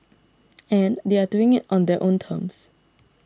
and they are doing it on their own terms